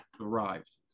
arrived